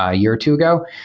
a year or two ago.